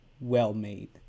well-made